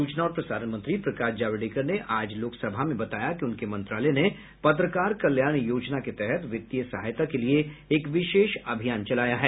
सूचना और प्रसारण मंत्री प्रकाश जावड़ेकर ने आज लोकसभा में बताया कि उनके मंत्रालय ने पत्रकार कल्याण योजना के तहत वित्तीय सहायता के लिए एक विशेष अभियान चलाया है